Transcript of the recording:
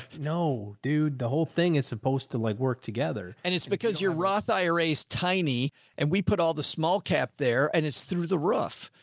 no, dude, the whole thing is supposed to like work together and because your roth ira is tiny and we put all the small cap there and it's through the roof.